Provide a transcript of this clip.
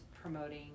promoting